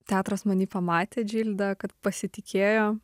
teatras many pamatė džildą kad pasitikėjo